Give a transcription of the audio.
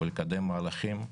ולקדם מהלכים.